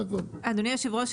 אכן מתחייב.